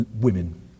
women